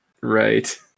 right